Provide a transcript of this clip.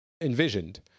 envisioned